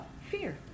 fear